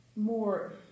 more